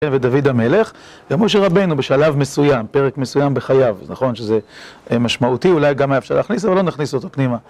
ודוד המלך, גם משה רבנו בשלב מסוים, פרק מסוים בחייו, נכון שזה משמעותי, אולי גם היה אפשר להכניס אבל לא נכניס אותו פנימה